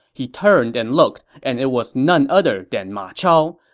he turned and looked, and it was none other than ma chao.